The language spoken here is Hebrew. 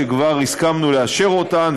שכבר הסכמנו לאשר אותן,